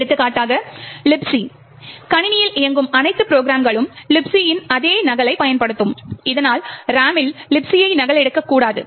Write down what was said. எடுத்துக்காட்டாக Libc கணினியில் இயங்கும் அனைத்து ப்ரொக்ராம்களும் Libc இன் அதே நகலைப் பயன்படுத்தும் இதனால் ரேமில் Libc யை நகல் எடுக்கக்கூடாது